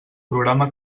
programa